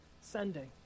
sending